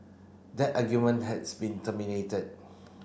that argument has been terminated